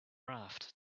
raft